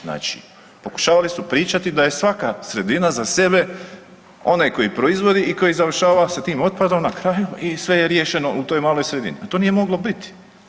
Znači, pokušavali su pričati da je svaka sredina za sebe onaj koji proizvodi i koji završava sa tim otpadom na kraju i sve je riješeno u toj maloj sredini, a to nije moglo biti.